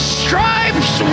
stripes